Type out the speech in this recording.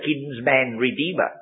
kinsman-redeemer